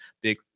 big